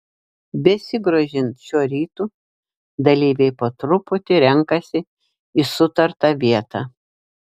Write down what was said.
besigrožint šiuo rytu dalyviai po truputį renkasi į sutartą vietą